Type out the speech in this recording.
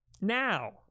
Now